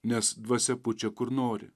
nes dvasia pučia kur nori